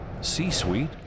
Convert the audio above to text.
C-Suite